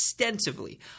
Extensively